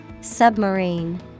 Submarine